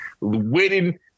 waiting